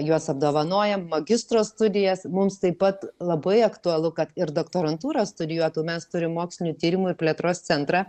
juos apdovanojam magistro studijas mums taip pat labai aktualu kad ir doktorantūrą studijuotų mes turime mokslinių tyrimų ir plėtros centrą